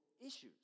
issues